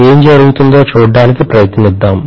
ఏమి జరుగుతుందో చూడటానికి ప్రయత్నిద్దాం